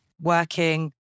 Working